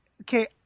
okay